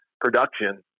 production